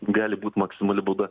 gali būt maksimali bauda